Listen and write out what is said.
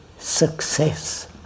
success